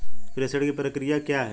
प्रेषण की प्रक्रिया क्या है?